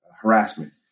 harassment